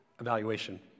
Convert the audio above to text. evaluation